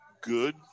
good